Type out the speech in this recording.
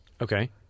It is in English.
Okay